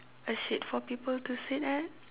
a shade for people to sit at